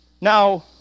Now